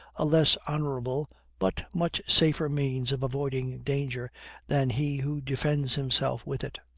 a less honorable but much safer means of avoiding danger than he who defends himself with it.